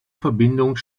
verbindung